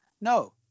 No